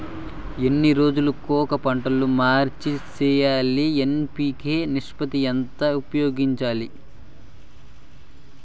ఎన్ని రోజులు కొక పంట మార్చి సేయాలి ఎన్.పి.కె నిష్పత్తి ఎంత ఎలా ఉపయోగించాలి?